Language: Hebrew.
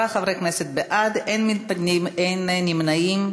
עשרה חברי כנסת בעד, אין מתנגדים, אין נמנעים.